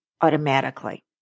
automatically